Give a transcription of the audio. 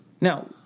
Now